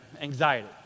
Anxiety